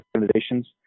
organizations